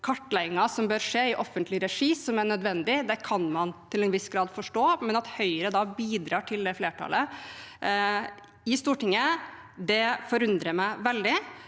kartleggingen som bør skje i offentlig regi, kan man til en viss grad forstå, men at Høyre bidrar til det flertallet i Stortinget, forundrer meg veldig.